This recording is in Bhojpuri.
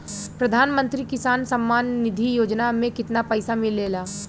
प्रधान मंत्री किसान सम्मान निधि योजना में कितना पैसा मिलेला?